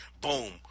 boom